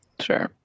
Sure